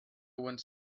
went